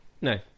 No